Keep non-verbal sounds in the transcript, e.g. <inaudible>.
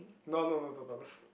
no no no no no no <breath>